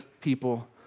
people